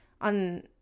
on